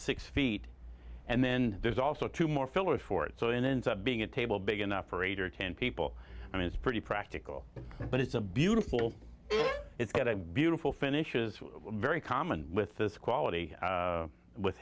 six feet and then there's also two more fillers for it so it ends up being a table big enough for eight or ten people i mean it's pretty practical but it's a beautiful it's got a beautiful finish is what very common with this quality with